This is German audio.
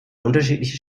unterschiedliche